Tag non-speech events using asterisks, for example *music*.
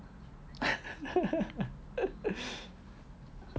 *laughs*